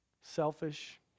selfish